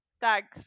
thanks